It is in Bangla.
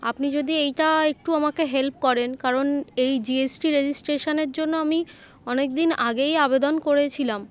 আপনি যদি এইটা একটু আমাকে হেল্প করেন কারণ এই জি এস টি রেজিস্ট্রেশনের জন্য আমি অনেক দিন আগেই আবেদন করেছিলাম